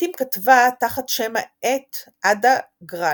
לעיתים כתבה תחת שם העט "עדה גראנט".